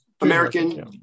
American